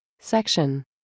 Section